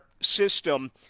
system